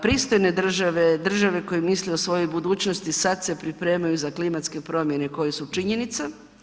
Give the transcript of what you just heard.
Pristojne države, države koje misle o svojoj budućnosti sad se pripremaju za klimatske promjene koje su činjenica.